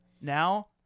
Now